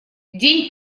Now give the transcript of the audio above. дань